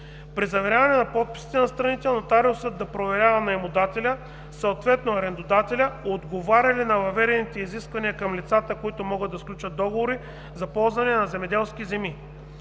при заверяване на подписите на страните нотариусът да проверява наемодателя, съответно арендодателя, отговаряне на въведените изисквания към лицата, които могат да сключат договори за ползване на земеделски земи.